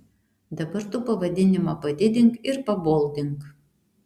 dabar tu pavadinimą padidink ir paboldink